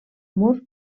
mur